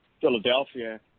Philadelphia